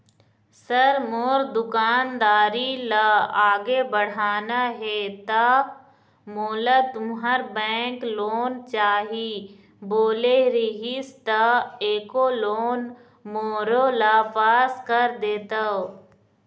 Sir मोर दुकानदारी ला आगे बढ़ाना हे ता मोला तुंहर बैंक लोन चाही बोले रीहिस ता एको लोन मोरोला पास कर देतव?